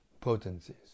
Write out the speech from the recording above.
potencies